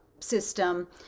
system